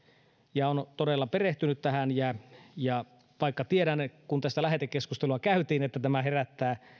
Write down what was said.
ja on todella perehtynyt tähän vaikka tiedän kun tästä lähetekeskustelua käytiin että tämä herättää